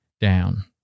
down